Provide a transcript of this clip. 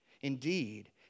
Indeed